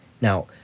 Now